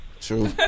True